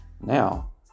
Now